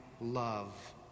love